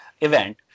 event